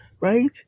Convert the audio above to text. Right